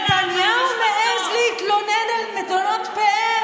נתניהו מעז להתלונן על מלונות פאר.